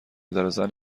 داره، زن